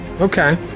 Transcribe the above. Okay